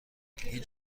هیچ